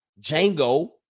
Django